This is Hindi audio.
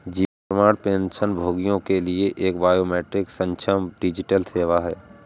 जीवन प्रमाण पेंशनभोगियों के लिए एक बायोमेट्रिक सक्षम डिजिटल सेवा है